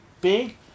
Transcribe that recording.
big